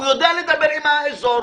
הוא יודע לדבר עם האזור,